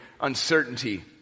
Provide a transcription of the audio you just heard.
uncertainty